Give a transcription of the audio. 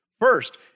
first